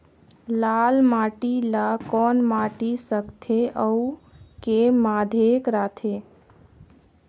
लाल माटी ला कौन माटी सकथे अउ के माधेक राथे?